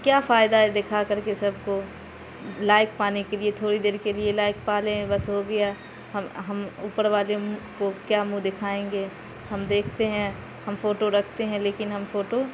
کیا فائدہ ہے دکھا کر کے سب کو لائک پانے کے لیے تھوڑی دیر کے لیے لائک پا لیں بس ہو گیا ہم ہم اوپر والے کو کیا منہ دکھائیں گے ہم دیکھتے ہیں ہم فوٹو رکھتے ہیں لیکن ہم فوٹو